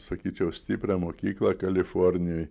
sakyčiau stiprią mokyklą kalifornijoj